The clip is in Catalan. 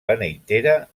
beneitera